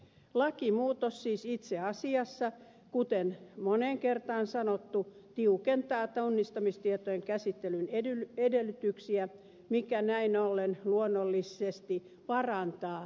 lakimuutos siis itse asiassa kuten on moneen kertaan sanottu tiukentaa tunnistamistietojen käsittelyn edellytyksiä mikä näin ollen luonnollisesti parantaa yksilön oikeusturvaa